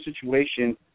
situation